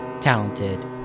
talented